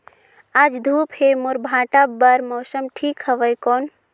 आज धूप हे मोर भांटा बार मौसम ठीक हवय कौन?